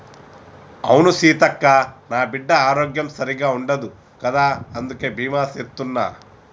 అవును సీతక్క, నా బిడ్డ ఆరోగ్యం సరిగ్గా ఉండదు కదా అందుకే బీమా సేత్తున్న